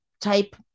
type